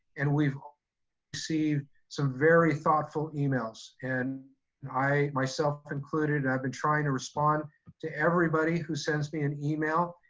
and we've received some very thoughtful emails. and i, myself included, i've been trying to respond to everybody who sends me an email.